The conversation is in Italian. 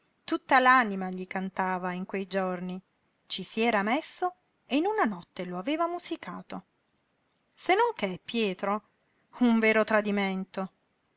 tutta l'anima gli cantava in quei giorni ci s'era messo e in una notte lo aveva musicato se non che pietro un vero tradimento